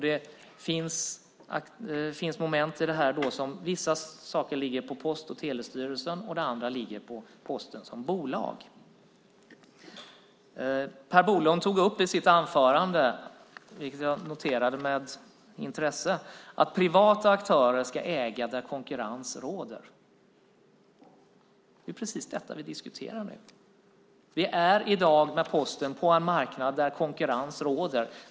Det finns moment i det här där vissa saker ligger på Post och telestyrelsen och andra på Posten som bolag. Jag noterade med intresse att Per Bolund tog upp i sitt anförande att privata aktörer ska äga där konkurrens råder. Det är precis detta vi diskuterar nu. Vi är i dag med Posten på en marknad där konkurrens råder.